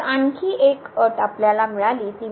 तर आणखी एक अट आपल्याला मिळाली ती